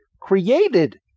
created